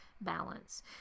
balance